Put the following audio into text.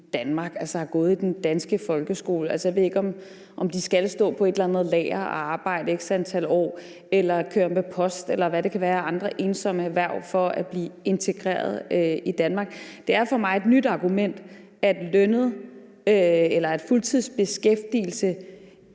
altså som har gået i den danske folkeskole. Altså, jeg ved ikke, om de skal stå på et eller andet lager og arbejde i x antal år eller køre med post, eller hvad det kan være af andre ensomme erhverv, for at blive integreret i Danmark. Det er for mig et nyt argument, at fuldtidsbeskæftigelse